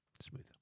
smooth